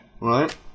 right